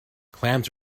clams